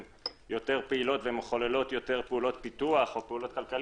יותר פעילות ומחוללות יותר פעולות פיתוח או פעילות כלכלית,